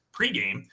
pregame